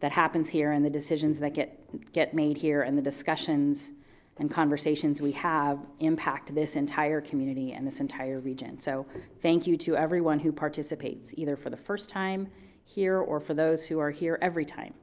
that happens here and the decisions that get get made here and the discussions and conversations we have, impact this entire community, and this entire region. so thank you to everyone who participates either for the first time here or for those who are here every time.